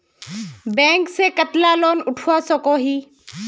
Bank से कतला loan उठवा सकोही?